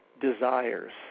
desires